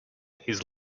his